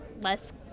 less